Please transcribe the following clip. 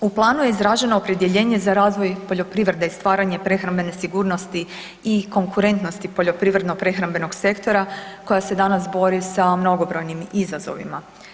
U planu je izraženo opredjeljenje za razvoj poljoprivrede i stvaranje prehrambene sigurnosti i konkurentnosti poljoprivredno-prehrambenog sektora koja se danas bori sa mnogobrojnim izazovima.